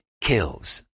kills